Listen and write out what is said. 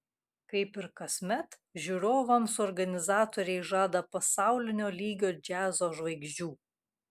kaip ir kasmet žiūrovams organizatoriai žada pasaulinio lygio džiazo žvaigždžių